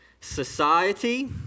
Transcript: society